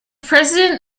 president